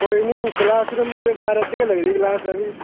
कोई निं class room number बारां च गै लगदी क्लास लगदी